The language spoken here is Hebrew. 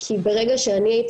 כי ברגע שאני,